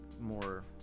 more